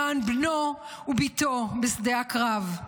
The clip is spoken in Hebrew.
למען בנו ובתו בשדה הקרב.